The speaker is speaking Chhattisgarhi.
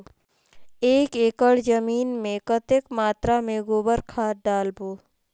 एक एकड़ जमीन मे कतेक मात्रा मे गोबर खाद डालबो?